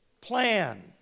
plan